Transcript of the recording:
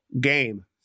game